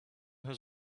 his